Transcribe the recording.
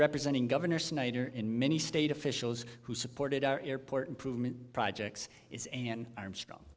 representing governor snyder in many state officials who supported our airport improvement projects is an